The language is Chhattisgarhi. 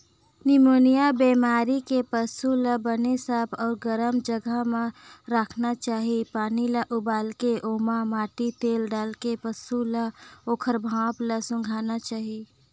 निमोनिया बेमारी के पसू ल बने साफ अउ गरम जघा म राखना चाही, पानी ल उबालके ओमा माटी तेल डालके पसू ल ओखर भाप ल सूंधाना चाही